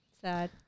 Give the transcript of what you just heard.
Sad